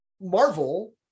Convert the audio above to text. Marvel